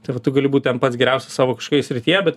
tai va tu gali būt ten pats geriausias savo kažkokioje srityje bet